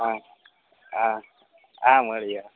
હા હા હા મળીએ હા